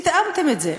התאמתם את זה,